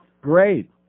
great